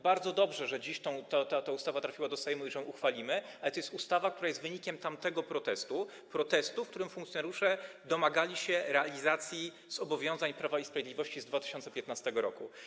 Bardzo dobrze, że ta ustawa trafiła do Sejmu i że dziś ją uchwalimy, ale to jest ustawa, która jest wynikiem tamtego protestu, protestu, w którym funkcjonariusze domagali się realizacji zobowiązań Prawa i Sprawiedliwości z 2015 r.